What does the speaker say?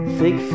six